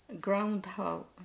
groundhog